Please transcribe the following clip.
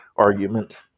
argument